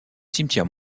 cimetière